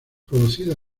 producida